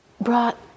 brought